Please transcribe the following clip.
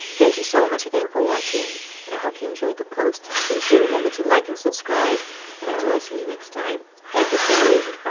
thank you so much again for watching and i hope you enjoyed the post. please do remember to like and subscribe and until i see you next time happysewing!